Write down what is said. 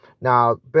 Now